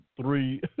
three